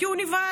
כי הוא נבהל.